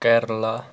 Kerala